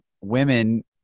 women